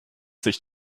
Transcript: sich